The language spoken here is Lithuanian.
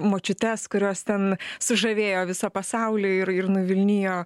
močiutes kurios ten sužavėjo visą pasaulį ir ir nuvilnijo